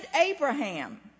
Abraham